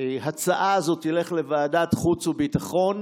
ההצעה הזאת תלך לוועדת חוץ וביטחון.